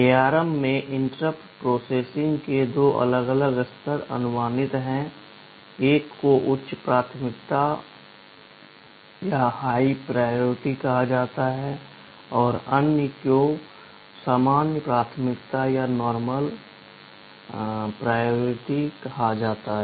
ARM में interrupt processing के दो अलग अलग स्तर अनुमानित हैं एक को उच्च प्राथमिकता कहा जाता है अन्य को सामान्य प्राथमिकता कहा जाता है